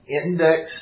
index